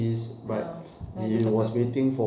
ya and then dia cakap